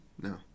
No